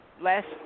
Last